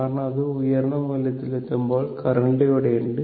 കാരണം അത് ഉയർന്ന മൂല്യത്തിലെത്തുമ്പോൾ കറന്റ് ഇവിടെയുണ്ട്